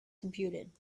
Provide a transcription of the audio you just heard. computed